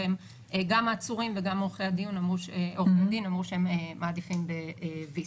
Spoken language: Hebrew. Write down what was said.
גם העצורים וגם עורכי הדין אמרו שהם מעדיפים ב-VC.